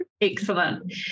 Excellent